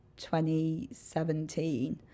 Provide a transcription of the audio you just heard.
2017